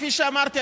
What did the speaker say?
כפי שאמרתי,